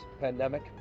pandemic